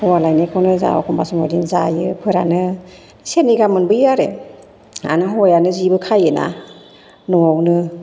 हौवा लायनायखौनो जा एखनबा समाव बिदिनो जायो फोरानो सेरनै गाहाम मोबोयो आरो आनो हौवायानो जेबो खायोना न'आवनो